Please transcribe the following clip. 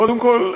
קודם כול,